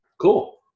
Cool